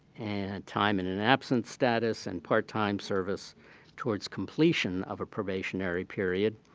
and time and an absence status and part-time service towards completion of a probationary period.